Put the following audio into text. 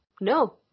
No